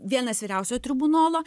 vienas vyriausiojo tribunolo